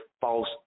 false